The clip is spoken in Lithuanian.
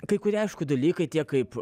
kai kurie aišku dalykai tie kaip